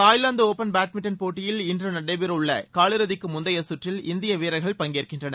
Thailand open badminton போட்டியில் இன்று நடைபெறவுள்ள காலிறுதிக்கு முந்தைய சுற்றில் இந்திய வீரர்கள் பங்கேற்கின்றனர்